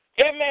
Amen